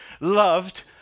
loved